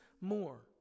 more